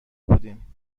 بودیم